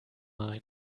mine